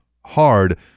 hard